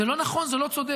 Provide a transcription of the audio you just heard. זה לא נכון, זה לא צודק.